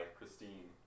Christine